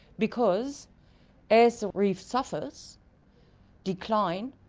because as the reef suffers decline,